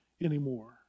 anymore